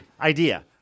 idea